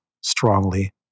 strongly